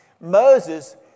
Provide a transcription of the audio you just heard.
Moses